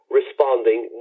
responding